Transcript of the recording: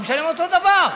הוא משלם אותו דבר.